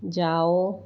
जाओ